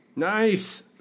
Nice